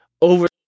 over